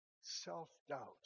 self-doubt